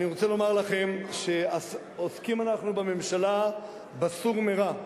אני רוצה לומר לכם שעוסקים אנחנו בממשלה ב"סור מרע",